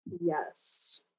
Yes